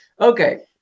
Okay